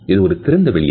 இது ஒரு திறந்த வெளியை